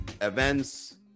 events